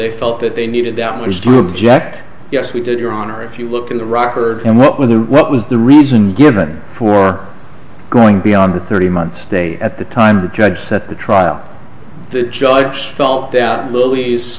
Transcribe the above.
they felt that they needed that was do object yes we did your honor if you look in the rocker and what with what was the reason given for going beyond the thirty month stay at the time the judge set the trial the judge felt that lo